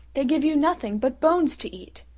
they give you nothing but bones to eat.